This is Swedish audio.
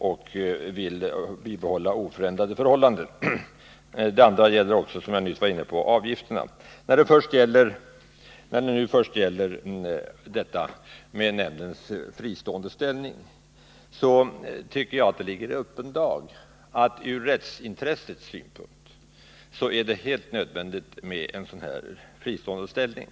De önskar bibehålla de nuvarande förhållandena. Beträffande nämndens fristående ställning tycker jag att det ligger i öppen dag att det från rättsintressets synpunkt är helt nödvändigt med en fristående ställning.